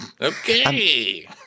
Okay